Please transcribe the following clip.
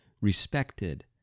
respected